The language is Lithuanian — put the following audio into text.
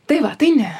tai va tai ne